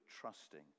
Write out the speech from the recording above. trusting